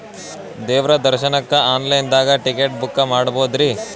ದೇವ್ರ ದರ್ಶನಕ್ಕ online ದಾಗ ಟಿಕೆಟ ಬುಕ್ಕ ಮಾಡ್ಬೊದ್ರಿ?